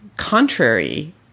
Contrary